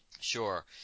Sure